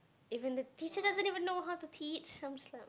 even if the teacher doesn't even know how to teach I'm just like